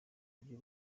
buryo